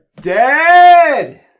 dead